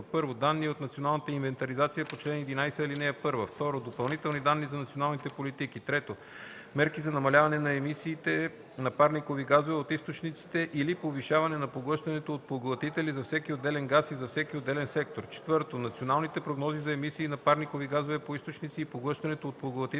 1. данни от националната инвентаризация по чл. 11, ал. 1; 2. допълнителни данни за националните политики; 3. мерки за намаляване емисиите на парникови газове от източниците или повишаване на поглъщането от поглътители – за всеки отделен газ и за всеки отделен сектор; 4. националните прогнози за емисии на парникови газове по източници и поглъщането от поглътители